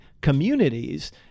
communities